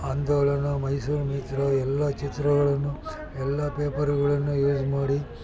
ಆಂದೋಲನ ಮೈಸೂರು ಮಿತ್ರ ಎಲ್ಲ ಚಿತ್ರಗಳನ್ನು ಎಲ್ಲ ಪೇಪರ್ಗಳನ್ನು ಮಾಡಿ